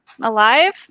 alive